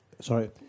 Sorry